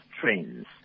trends